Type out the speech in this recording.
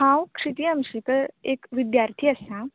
हांव श्रिती आमशिकर एक विद्यार्थी आसा